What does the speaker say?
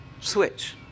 switch